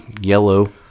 yellow